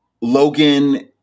logan